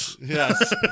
Yes